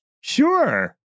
Sure